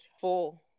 four